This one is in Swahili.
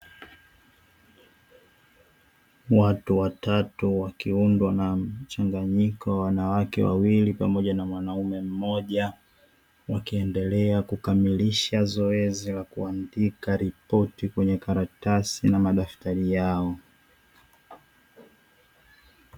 Watu watatu, wa mchanganyiko wa wanawake wawili pamoja na mwanamume mmoja, wakiendelea kukamilisha zoezi la kuandika ripoti kwenye karatasi na madaftari yao.